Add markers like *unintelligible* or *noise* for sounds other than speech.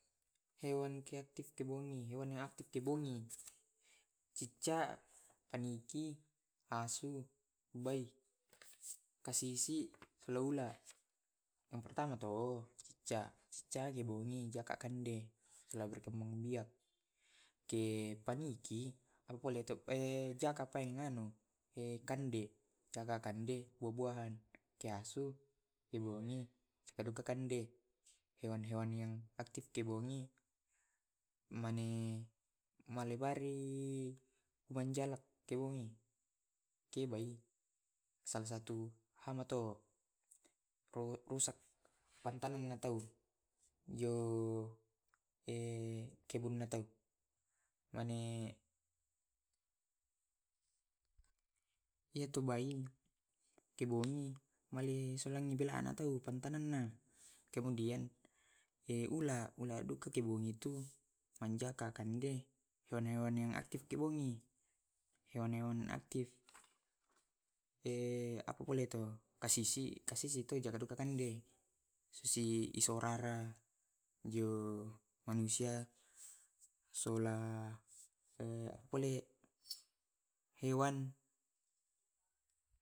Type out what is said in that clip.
Hewan ke atif ke bumi, hewan ke atif ke bumi cicak paniki asu bae, kasisi, slaula. Yang pertama to cicak, cicak kebomi jaka kande lao berkembang biak. Ke paniki apapole jaka paeng anu *hesitation* kande, jaka kande buah buahan tea asu ke bune suka duka kande. Hewan hewan yang aktif kebune mane malebari menjalak kebomi kebai. Salah satu hama to usak *hesitation* panta nga tau jo *hesitation* kebunnatang mane *hesitation* eto bai kebumi mali sulangi belana pantanganna. *unintelligible* Kemudian *hesitation* ular, ular bukka kebomi tu jaka kande hewan hewan yang aktif ke bomi. hewan yang aktif *hesitation* apa bole to Kasisi, kasisi tu jaka kande si iso rara jio manusia sola *hesitation* pole *hesitation* *noise* hewan.